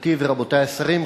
גברתי ורבותי השרים,